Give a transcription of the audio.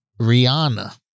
Rihanna